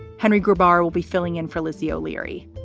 henry gabbar will be filling in for lizzie o'leary.